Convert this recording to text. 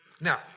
Now